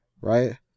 Right